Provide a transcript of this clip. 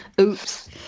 Oops